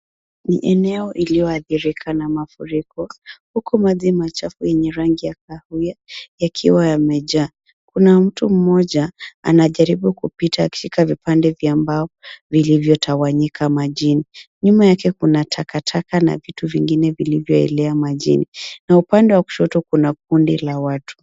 Ni eneo iliyoathirika na mafuriko huku maji machafu yenye rangi ya kahawia yakiwa yamejaa. Kuna mtu mmoja anajaribu kupita akishika vipande vya mbao vilivyotawanyika majini. Nyuma yake, kuna takataka na vitu vingine vilivyoelea majini na upande wa kushoto kuna kundi la watu.